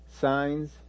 signs